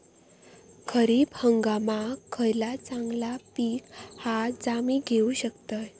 खरीप हंगामाक खयला चांगला पीक हा जा मी घेऊ शकतय?